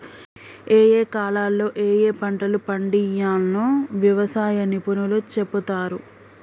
ఏయే కాలాల్లో ఏయే పంటలు పండియ్యాల్నో వ్యవసాయ నిపుణులు చెపుతారు